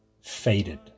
faded